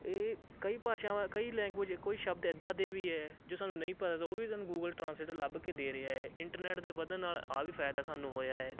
ਇਹ ਕਈ ਭਾਸ਼ਾਵਾਂ ਕਈ ਲੈਂਗੁਏਜ ਕੋਈ ਸ਼ਬਦ ਇੱਦਾਂ ਦੇ ਵੀ ਹੈ ਜੋ ਸਾਨੂੰ ਨਹੀਂ ਪਤਾ ਲੱਗਦਾ ਉਹ ਵੀ ਸਾਨੂੰ ਗੂਗਲ ਟਰਾਂਸਲੇਟਰ ਲੱਭ ਕੇ ਦੇ ਰਿਹਾ ਏ ਇੰਟਰਨੈੱਟ ਦੇ ਵਧਣ ਨਾਲ ਆਹ ਵੀ ਫਾਇਦਾ ਸਾਨੂੰ ਹੋਇਆ ਏ